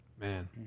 Man